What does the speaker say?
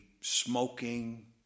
smoking